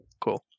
Cool